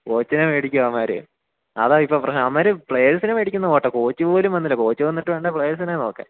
കോച്ചിനെ മേടിക്കുമോ അവന്മാര് അതാണിപ്പോള് പ്രശ്നം അവന്മാര് പ്ലെയേഴ്സിനെ മേടിക്കുന്നതു പോകട്ടെ കോച്ചുപോലും വന്നില്ല കോച്ച് വന്നിട്ടു വേണ്ടേ പ്ലെയേഴ്സിനെ നോക്കാൻ